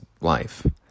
life